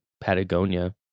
Patagonia